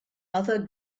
other